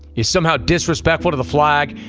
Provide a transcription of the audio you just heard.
is somehow disrespectful to the flag,